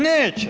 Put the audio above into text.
Neće.